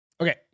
Okay